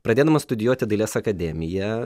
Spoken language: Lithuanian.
pradėdamas studijuoti dailės akademiją